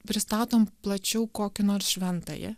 pristatom plačiau kokį nors šventąjį